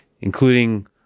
including